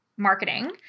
marketing